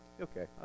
Okay